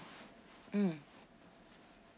mm